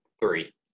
Three